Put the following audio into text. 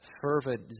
fervent